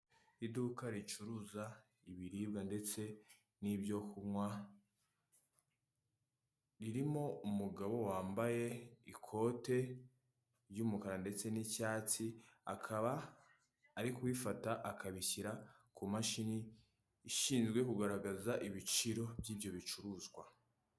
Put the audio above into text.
Iduka ricuruza ibiribwa ndetse n ibyo kunywa, ririmo umugabo wambaye ikote ry'umukara ndetse n'icyatsi, akaba ari kubifata akabishyira ku mashini ishinzwe kugaragaza ibiciro by'ibyo bicuruzwa.